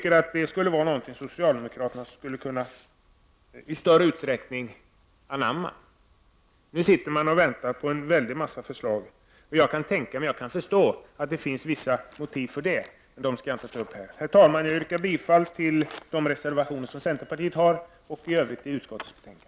Ett sådant synsätt borde socialdemokraterna i större utsträckning anamma i stället för att, som man nu gör, vänta på en mängd förslag. Jag kan förstå att det finns vissa motiv för det. Jag skall dock inte nu gå in på dessa. Herr talman! Jag yrkar bifall till centerpartiets reservationer samt i övrigt till utskottets hemställan.